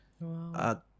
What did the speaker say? Wow